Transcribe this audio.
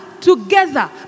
Together